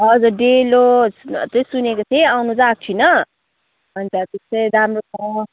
हजुर डेलो चाहिँ सुनेको थिएँ आउनु चाहिँ आएको छुइनँ अनि त त्यस्तै राम्रो छ